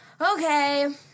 Okay